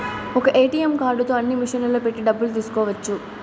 ఒక్క ఏటీఎం కార్డుతో అన్ని మిషన్లలో పెట్టి డబ్బులు తీసుకోవచ్చు